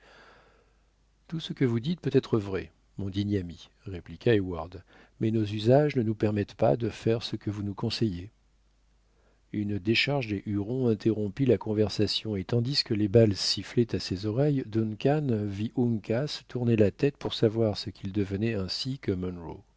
tout ce que vous dites peut être vrai mon digne ami répliqua heyward mais nos usages ne nous permettent pas de faire ce que vous nous conseillez une décharge des hurons interrompit la conversation et tandis que les balles sifflaient à ses oreilles duncan vit uncas tourner la tête pour savoir ce qu'il devenait ainsi